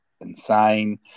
insane